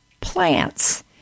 plants